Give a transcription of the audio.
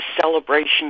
celebration